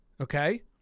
Okay